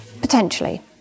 Potentially